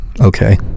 okay